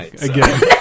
again